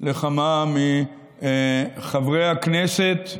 לכמה מחברי הכנסת,